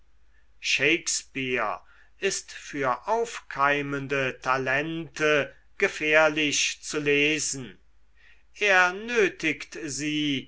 shakespeare ist für aufkeimende talente gefährlich zu lesen er nötigt sie